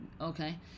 okay